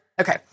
Okay